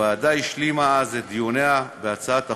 הוועדה השלימה אז את דיוניה בהצעת החוק,